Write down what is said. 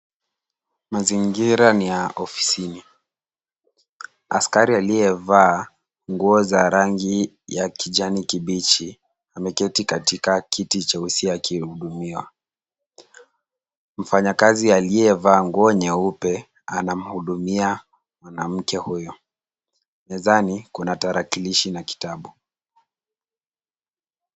Mazingira ni ya ofisini. Askari aliyevaa nguo za rangi ya kijani kibichi ameketi katika kiti cha ofisi akihudumiwa. Mfanyakazi aliyevaa nguo nyeupe anamhudumia mwanamke huyo. Mezani kuna tarakilishi na kitabu.